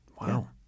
Wow